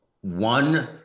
one